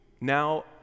now